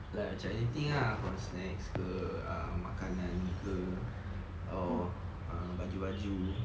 like macam anything ah from snacks ke err makanan ke or err baju-baju